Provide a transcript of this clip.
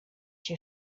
się